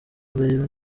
ndahiro